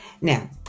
Now